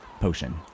potion